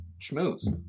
schmooze